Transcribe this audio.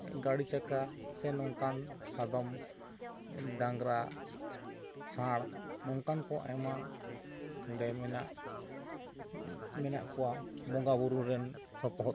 ᱜᱟᱹᱰᱤ ᱪᱟᱠᱟ ᱥᱮ ᱱᱚᱝᱠᱟᱱ ᱥᱟᱫᱚᱢ ᱰᱟᱝᱨᱟ ᱥᱟᱬ ᱱᱚᱝᱠᱟᱱ ᱠᱚ ᱟᱭᱢᱟ ᱱᱚᱸᱰᱮ ᱢᱮᱱᱟᱜ ᱢᱮᱱᱟᱜ ᱠᱚᱣᱟ ᱵᱚᱸᱜᱟ ᱵᱳᱨᱳ ᱨᱮᱱ ᱥᱚᱯᱚᱦᱚᱜ ᱠᱟᱱᱟ ᱠᱚ